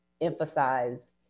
emphasize